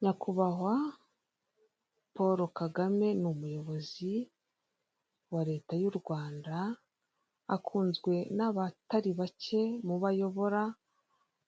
Nyakubahwa Paul Kagame ni umuyobozi wa leta y'u Rwanda, akunzwe n'abatari bake mu bo ayobora